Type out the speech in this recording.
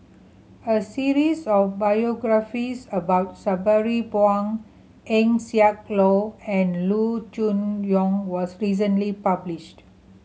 a series of biographies about Sabri Buang Eng Siak Loy and Loo Choon Yong was recently published